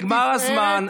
נגמר הזמן.